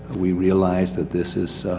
we realized that this is,